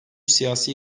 siyasi